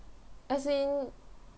as in